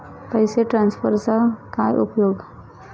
पैसे ट्रान्सफरचा काय उपयोग?